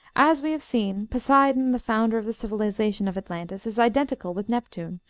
as we have seen, poseidon, the founder of the civilization of atlantis, is identical with neptune,